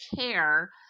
care